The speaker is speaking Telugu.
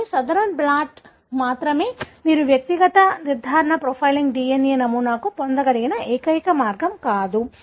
కానీ సదరన్ బ్లాట్ మాత్రమే మీరు వ్యక్తిగత నిర్దిష్ట ప్రొఫైలింగ్ DNA నమూనాను పొందగల ఏకైక మార్గం కాదు